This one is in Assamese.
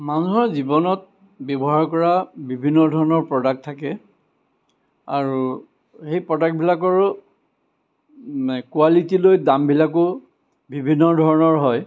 মানুহৰ জীৱনত ব্যৱহাৰ কৰা বিভিন্ন ধৰণৰ প্ৰডাক্ট থাকে আৰু সেই প্ৰডাক্টবিলাকৰো এই কোৱালিটি লৈ দামবিলাকো বিভিন্ন ধৰণৰ হয়